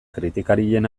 kritikarien